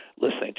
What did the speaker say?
listening